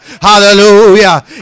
Hallelujah